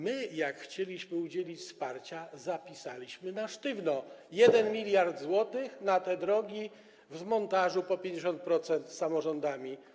My, jak chcieliśmy udzielić wsparcia, zapisaliśmy na sztywno 1 mld zł na te drogi, w montażu po 50% z samorządami.